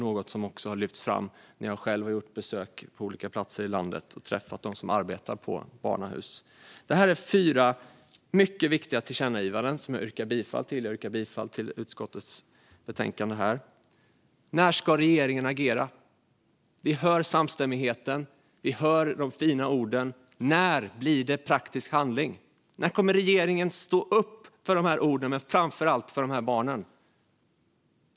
Detta har också lyfts fram när jag själv har gjort besök på olika plaster i landet och träffat dem som arbetar på barnahus. Det här är fyra mycket viktiga tillkännagivanden, som jag yrkar bifall till. När ska regeringen agera? Vi hör samstämmigheten och de fina orden. När blir det praktisk handling? När kommer regeringen att stå upp för sina ord men framför allt för dessa barn?